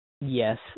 Yes